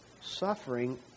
suffering